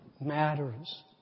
matters